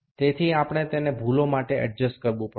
તેથી આપણે તેને ભૂલો માટે એડજસ્ટ કરવું પડશે